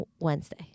Wednesday